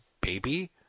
baby